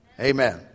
Amen